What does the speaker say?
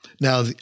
Now